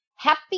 Happy